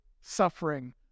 suffering